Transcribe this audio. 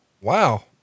wow